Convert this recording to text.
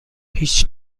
هیچ